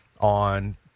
on